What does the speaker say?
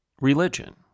religion